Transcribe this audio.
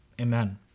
amen